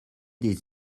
des